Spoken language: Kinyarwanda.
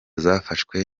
zafashwe